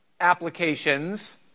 applications